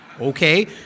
Okay